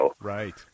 Right